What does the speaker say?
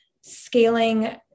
scaling